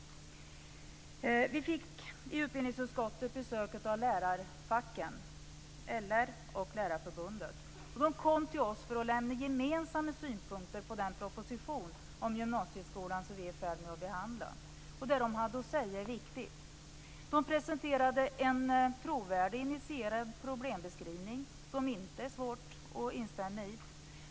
Vi fick i utbildningsutskottet besök av lärarfacken, LR och Lärarförbundet. De kom till oss för att lämna gemensamma synpunkter på den proposition om gymnasieskolan som vi är i färd med att behandla. Och det som de hade att säga är viktigt. De presenterade en trovärdig och initierad problembeskrivning som inte är svår att instämma i.